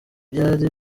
byari